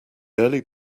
early